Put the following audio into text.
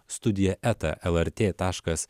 studija eta lrt taškas